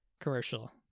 commercial